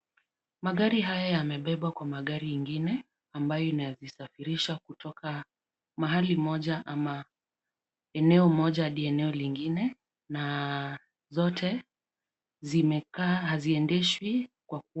Magari haya yamebebwa kwa magari ingine ambayo inaisafirisha kutoka mahali moja ama eneo moja hadi eneo lingine na zote zimekaa haziendeshwi kwa ku...